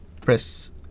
press